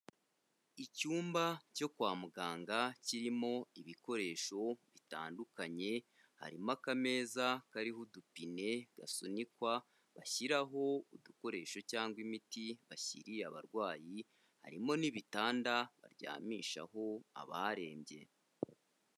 Icyumba cyo kwa muganga kirimo ibikoresho bitandukanye, harimo akameza kariho udupine gasunikwa bashyiraho udukoresho cyangwa imiti bashyiriye abarwayi, harimo n'ibitanda baryamishaho abarembye.